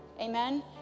Amen